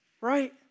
right